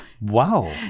Wow